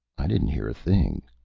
i didn't hear a thing.